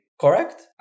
Correct